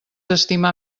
estimar